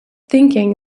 thinking